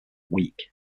week